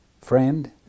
Friend